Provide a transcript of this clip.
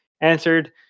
answered